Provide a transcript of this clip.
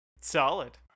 Solid